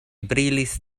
brilis